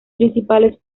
principales